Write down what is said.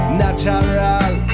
natural